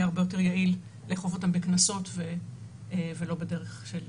יהיה הרבה יותר יעיל לאכוף אותן בקנסות ולא בדרך של